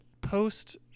post-